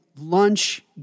lunch